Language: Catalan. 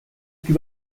qui